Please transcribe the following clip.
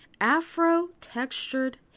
afro-textured